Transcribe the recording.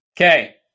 Okay